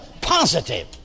positive